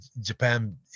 Japan